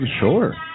Sure